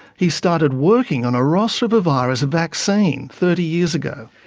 he started working on a ross river virus vaccine thirty years ago.